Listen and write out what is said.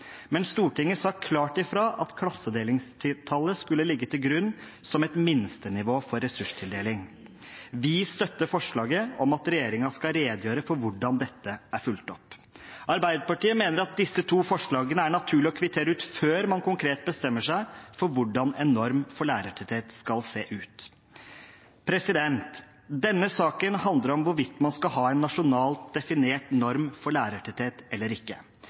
skulle ligge til grunn som et minstenivå for ressurstildeling. Vi støtter forslaget om at regjeringen skal redegjøre for hvordan dette er fulgt opp. Arbeiderpartiet mener at disse to forslagene er det naturlig å kvittere ut før man konkret bestemmer seg for hvordan en norm for lærertetthet skal se ut. Denne saken handler om hvorvidt man skal ha en nasjonalt definert norm for lærertetthet eller ikke,